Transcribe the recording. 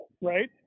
Right